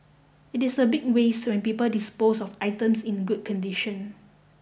it is a big waste when people dispose of items in good condition